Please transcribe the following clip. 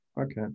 Okay